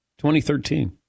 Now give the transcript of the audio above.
2013